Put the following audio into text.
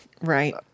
Right